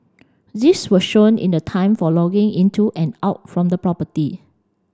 this was shown in the time for logging into and out from the property